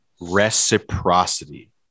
reciprocity